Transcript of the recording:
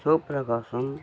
Sivaprakasam